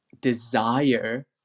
desire